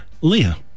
Leah